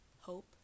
hope